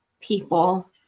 People